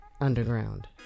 underground